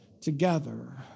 together